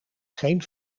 geen